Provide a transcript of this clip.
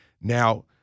Now